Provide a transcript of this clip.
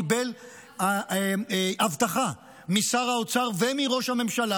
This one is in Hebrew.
קיבל הבטחה משר האוצר ומראש הממשלה